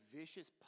vicious